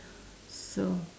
so